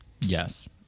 Yes